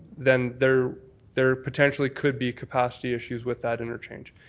then there there potentially could be capacity issues with that interchange.